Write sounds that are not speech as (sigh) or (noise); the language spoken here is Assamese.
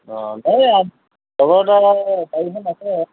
অ (unintelligible)